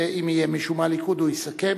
ואם יהיה מישהו מהליכוד, הוא יסכם.